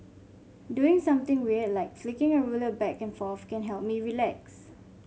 doing something weird like flicking a ruler back and forth can help me relax